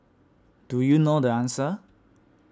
do you know the answer